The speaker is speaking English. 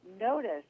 notice